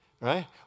right